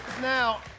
now